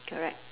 correct